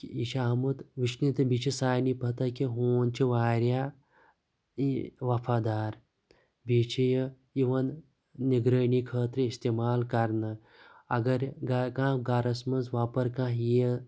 یہِ چھُ آمُت وُچھنہٕ بیٚیہِ چھِ سارنٕے پَتاہ کہِ ہوٗن چھِ واریاہ یہِ وفادار بیٚیہِ چھِ یہِ یِوان نِگرٲنِی خٲطرٕ اِستعمال کَرنہٕ اَگر کانٛہہ گَرس منٛز وۄپَر کانٛہہ یِیہِ